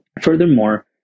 Furthermore